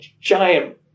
giant